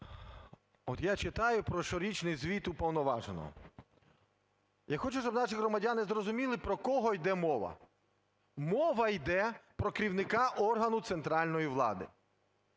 Вот, я читаю про щорічний звіт уповноваженого. Я хочу, щоб наші громадяни зрозуміли, про кого йде мова. Мова йде про керівника органу центральної влади.